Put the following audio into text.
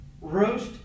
roast